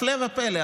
הפלא ופלא.